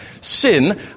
Sin